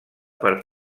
per